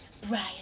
Brian